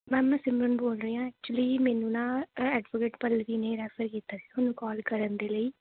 ma'am ਮੈਂ ਸਿਮਰਨ ਬੋਲ ਰਹੀ ਆਂ ਐਕਚੁਅਲੀ ਮੈਨੂੰ ਨਾ ਐਡਵੋਕੇਟ ਪੱਲਵੀ ਨੇ ਰੈਫ਼ਰ ਕੀਤਾ ਸੀ ਤੁਹਾਨੂੰ ਕੋਲ ਕਰਨ ਦੇ ਲਈ